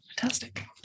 fantastic